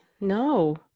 No